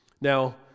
Now